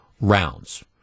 rounds